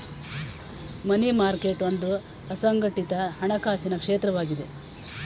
ಮನಿ market ಒಂದು ಅಸಂಘಟಿತ ಹಣಕಾಸಿನ ಕ್ಷೇತ್ರವಾಗಿದೆ